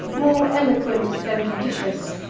more eloquent than judicious,